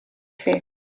fer